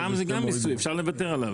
המע"מ זה גם מיסוי, אפשר לוותר עליו.